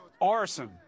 arson